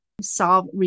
solve